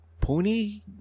pony